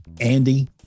Andy